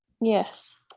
Yes